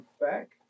back